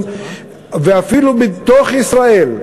ואפילו בתוך ישראל,